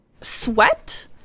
sweat